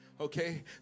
okay